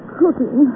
cooking